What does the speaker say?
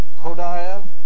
Hodiah